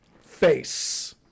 face-